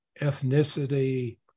ethnicity